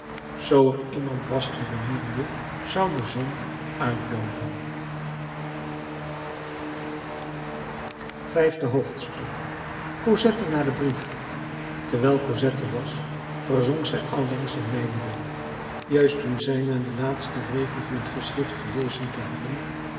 zoo er niemand was die beminde zou de zon uitdooven vijfde hoofdstuk cosette na den brief terwijl cosette las verzonk zij allengs in mijmering juist toen zij na den laatsten regel van het geschrift gelezen te hebben